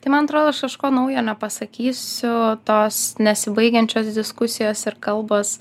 tai man atrodo aš kažko naujo nepasakysiu tos nesibaigiančios diskusijos ir kalbos